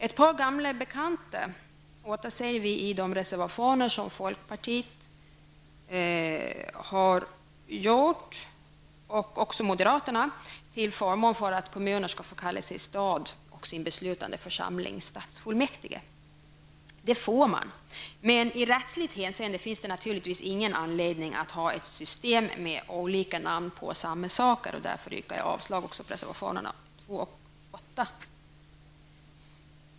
Ett par gamla bekanta återser vi i reservationerna från moderaterna och folkpartiet där man argumenterar för att kommuner skall kunna få kalla sig stad och sin beslutande församlingstadsfullmäktige. Det får man, men i rättsligt hänseende finns det naturligtvis ingen anledning att ha ett system med olika namn på samma saker. Därför yrkar jag avslag på reservationerna 2 och 8.